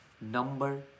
Number